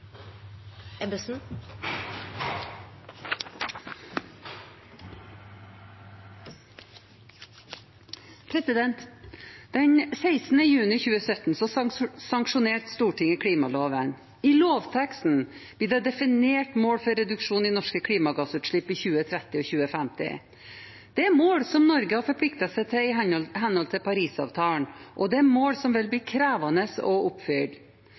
juni 2017 sanksjonerte Stortinget klimaloven. I lovteksten blir det definert mål for reduksjon i norske klimagassutslipp i 2030 og 2050. Det er mål som Norge har forpliktet seg til i henhold til Parisavtalen, og det er mål som vil bli